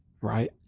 right